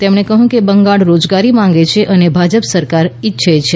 તેમણે કહ્યું બંગાળ રોજગારી માંગે છે અને ભાજપ સરકાર ઇચ્છે છે